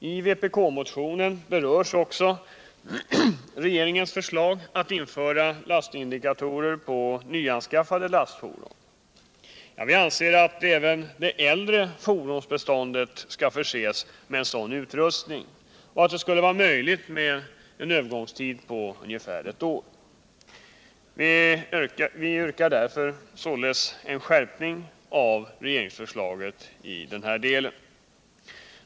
I vpk-motionen berörs också regeringens förslag att införa lastindikatorer på nyanskaffade lastfordon. Vi anser att även det äldre fordonsbeståndet skall förses med sådan utrustning, vilket skulle vara möjligt med en övergångstid på ungefär ett år. V pk yrkar således en skärpning av regeringsförslaget i denna del.